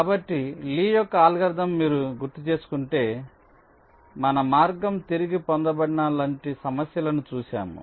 కాబట్టి లీ యొక్క అల్గోరిథం మీరు గుర్తుచేసుకుంటే మన మార్గం తిరిగి పొందబడిన లాంటి సమస్యలను చూశాము